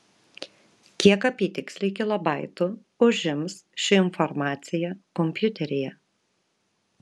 kiek apytiksliai kilobaitų užims ši informacija kompiuteryje